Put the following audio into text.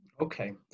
Okay